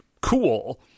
cool